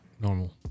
normal